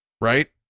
Right